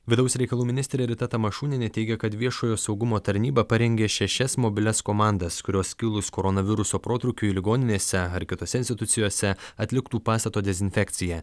vidaus reikalų ministrė rita tamašunienė teigia kad viešojo saugumo tarnyba parengė šešias mobilias komandas kurios kilus koronaviruso protrūkiui ligoninėse ar kitose institucijose atliktų pastato dezinfekciją